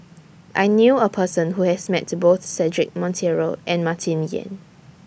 I knew A Person Who has Met Both Cedric Monteiro and Martin Yan